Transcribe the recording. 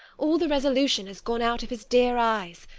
all the resolution has gone out of his dear eyes,